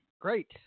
Great